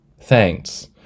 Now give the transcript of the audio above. thanks